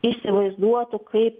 įsivaizduotų kaip